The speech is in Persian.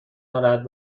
ناراحت